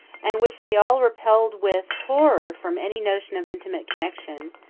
and which they all repelled with horror from any notion of intimate connection,